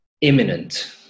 imminent